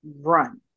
Run